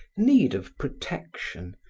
need of protection,